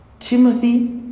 Timothy